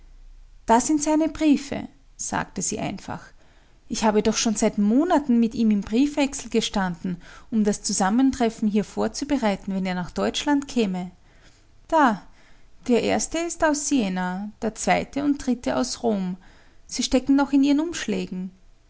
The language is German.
da sind seine briefe sagte sie einfach ich habe doch schon seit monaten mit ihm in briefwechsel gestanden um das zusammentreffen hier vorzubereiten wenn er nach deutschland käme da der erste ist aus siena der zweite und dritte aus rom sie stecken noch in ihren umschlägen